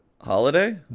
Holiday